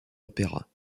opéras